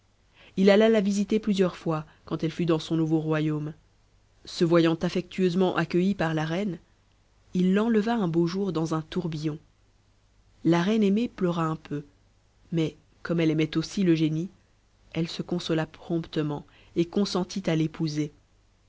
il alla la visiter plusieurs fois quand elle fut dans son nouveau royaume se voyant affectueusement accueilli par la reine il l'enleva un beau jour dans un tourbillon la reine aimée pleura un peu mais comme elle aimait aussi le génie elle se consola promptement et consentit à l'épouser